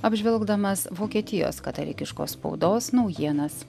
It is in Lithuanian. apžvelgdamas vokietijos katalikiškos spaudos naujienas